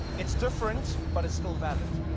it's different, but it's still valid.